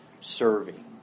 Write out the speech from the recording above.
serving